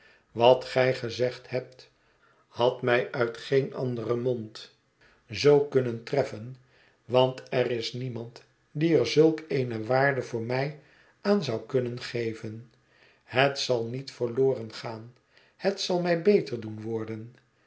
wat gij gezegd hebt had mij uit geen anderen mond zoo kunnen treffen want er is niemand die er zulk eene waarde voor mij aan zou kunnen geven het zal niet verloren gaan het zal mij beter doen worden